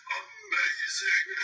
amazing